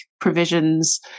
provisions